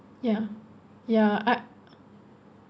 ya ya I